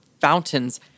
fountains